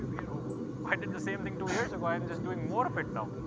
i did the same thing two years ago. i'm just doing more of it now.